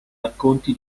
racconti